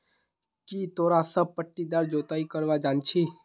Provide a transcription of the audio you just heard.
की तोरा सब पट्टीदार जोताई करवा जानछी